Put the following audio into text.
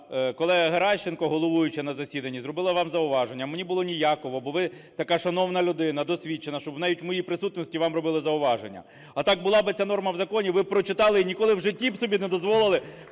колега Геращенко, головуюча на засіданні, зробила вам зауваження. Мені було ніяково, бо ви така шановна людина, досвідчена, щоб навіть в моїй присутності вам робили зауваження. А так була би ця норма в законі, ви б прочитали і ніколи б в житті собі не дозволили